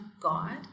God